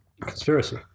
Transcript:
conspiracy